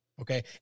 okay